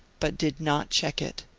but did not check it.